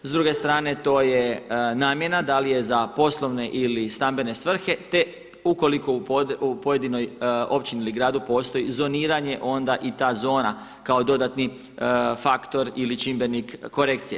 S druge strane to je namjena da li je za poslovne ili stambene svrhe, te ukoliko u pojedinoj općini ili gradu postoji zoniranje, onda i ta zona kao dodatni faktor ili čimbenik korekcije.